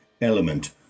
element